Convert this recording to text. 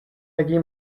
jaký